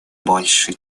больше